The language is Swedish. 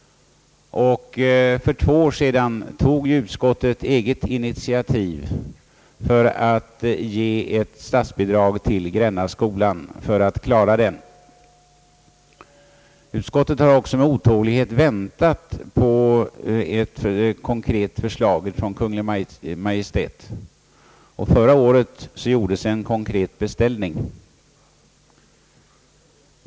För två år sedan tog utskottet eget initiativ till ett statsbidrag för att klara Grännaskolan. Utskottet har också med otålighet väntat på ett konkret förslag från Kungl. Maj:t. Förra året gjordes en formlig beställning.